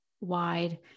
wide